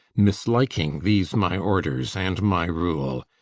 misliking these my orders, and my rule.